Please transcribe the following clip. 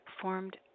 Formed